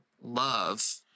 love